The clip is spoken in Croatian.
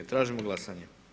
Tražimo glasanje.